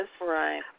Right